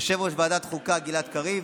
יושב-ראש ועדת החוקה גלעד קריב,